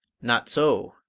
not so,